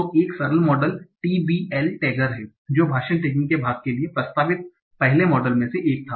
तो एक सरल मॉडल TBL टैगर है जो भाषण टैगिंग के भाग के लिए प्रस्तावित पहले मॉडल में से एक था